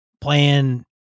playing